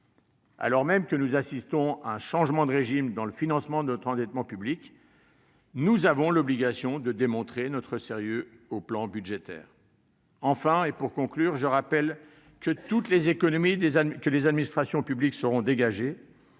Alors même que nous assistons à un changement de régime dans le financement de notre endettement public, nous avons l'obligation de démontrer notre sérieux en matière budgétaire. Pour conclure, je rappelle que toutes les économies que les administrations publiques sauront dégager